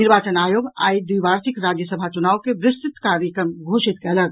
निर्वाचन आयोग आइ द्विवार्षिक राज्यसभा चुनाव के विस्तृत कार्यक्रम घोषित कयलक